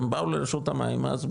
הם באו לרשות המים אז,